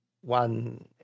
one